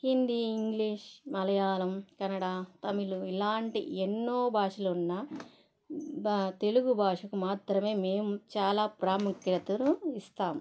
Hindi English Malayalam Kannada Tamil ఇలాంటి ఎన్నో భాషలు ఉన్నా భా తెలుగు భాషకు మాత్రమే మేము చాలా ప్రాముఖ్యతను ఇస్తాం